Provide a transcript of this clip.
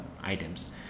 items